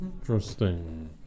Interesting